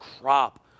crop